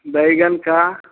बैंगन का